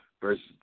versus